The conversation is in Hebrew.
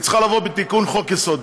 צריכה לבוא בתיקון חוק-יסוד.